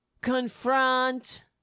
Confront